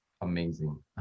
amazing